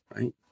right